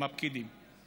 עם הפקידים.